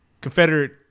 Confederate